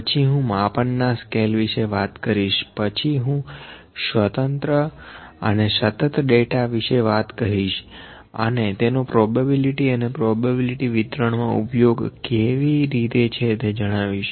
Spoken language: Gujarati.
પછી હું માપન ના સ્કેલ વિશે વાત કરીશ પછી હું સ્વતંત્ર અને સતત ડેટા વિશે કહીશ અને તેનો પ્રોબેબિલીટી અને પ્રોબેબિલીટી વિતરણ મા ઉપયોગ કેવી રીતે છે તે જણાવીશ